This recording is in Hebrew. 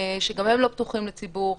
שגם הם לא פתוחים לציבור,